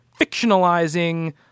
fictionalizing